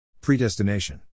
Predestination